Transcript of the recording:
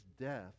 death